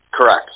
Correct